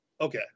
Okay